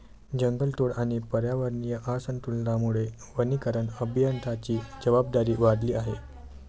जंगलतोड आणि पर्यावरणीय असंतुलनामुळे वनीकरण अभियंत्यांची जबाबदारी वाढली आहे